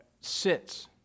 sits